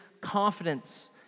confidence